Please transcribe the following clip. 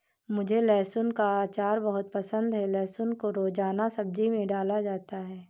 मुझे लहसुन का अचार बहुत पसंद है लहसुन को रोजाना सब्जी में डाला जाता है